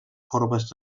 corbes